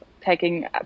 taking